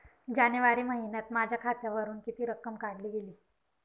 जानेवारी महिन्यात माझ्या खात्यावरुन किती रक्कम काढली गेली?